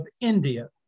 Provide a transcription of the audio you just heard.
India